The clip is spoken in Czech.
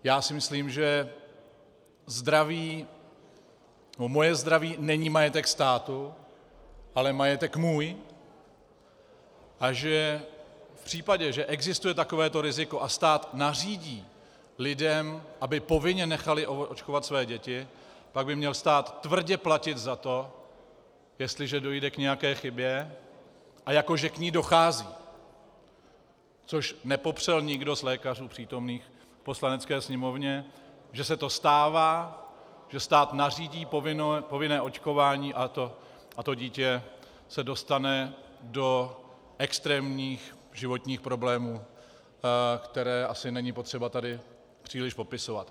Já si myslím, že zdraví, že moje zdraví není majetek státu, ale majetek můj a že v případě, že existuje takovéto riziko a stát nařídí lidem, aby povinně nechali očkovat své děti, pak by měl stát tvrdě platit za to, jestliže dojde k nějaké chybě, a jako že k ní dochází, což nepopřel nikdo z lékařů přítomných v Poslanecké sněmovně, že se to stává, že stát nařídí povinné očkování a to dítě se dostane do extrémních životních problémů, které asi není potřeba tady příliš popisovat.